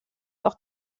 auch